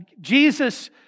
Jesus